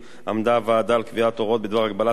עמדה הוועדה על קביעת הוראות בדבר הגבלת פרסום